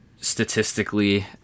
statistically